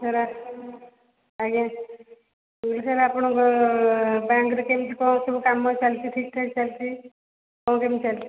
sir ଆଜ୍ଞା ମୁଁ କହିଲି ଆପଣଙ୍କ ବ୍ୟାଙ୍କରେ କେମିତି କଣ ସବୁ କାମ ଚାଲିଛି ଠିକ୍ଠାକ୍ ଚାଲିଛି କଣ କେମିତି ଚାଲିଛି ସାର୍